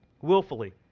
willfully